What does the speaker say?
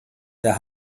der